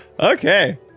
Okay